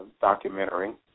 documentary